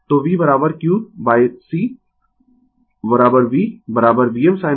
तो V q C V Vm sin ω t